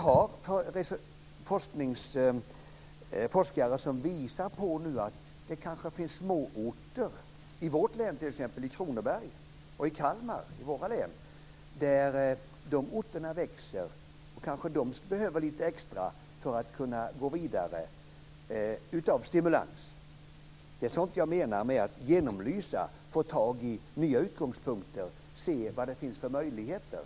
Det finns forskare som pekar på att det kanske finns småorter i t.ex. våra län - Kronoberg och Kalmar - som växer och behöver lite extra stimulans för att kunna gå vidare. Det är sådant jag menar med att man skall genomlysa, få tag i nya utgångspunkter och se vad det finns för möjligheter.